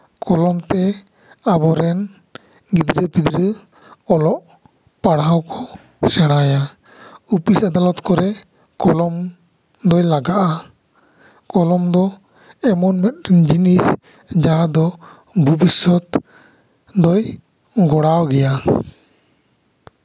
ᱠᱚᱞᱚᱢᱛᱮ ᱟᱵᱚᱨᱮᱱ ᱜᱤᱫᱽᱨᱟᱹᱼᱯᱤᱫᱽᱨᱟᱹ ᱚᱞᱚᱜ ᱯᱟᱲᱦᱟᱣ ᱠᱚ ᱥᱮᱬᱟᱭᱟ ᱚᱯᱷᱤᱥ ᱟᱫᱟᱞᱚᱢ ᱠᱚᱨᱮ ᱠᱚᱞᱚᱢ ᱫᱚᱭ ᱞᱟᱜᱟᱜᱼᱟ ᱠᱚᱞᱚᱢ ᱫᱚ ᱮᱢᱚᱱ ᱢᱤᱫᱴᱮᱱ ᱡᱤᱱᱤᱥ ᱡᱟᱦᱟᱸ ᱫᱚ ᱵᱷᱚᱵᱤᱥᱚᱛ ᱫᱚᱭ ᱜᱚᱲᱟᱣ ᱜᱮᱭᱟ